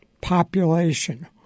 population